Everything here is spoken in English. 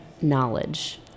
Knowledge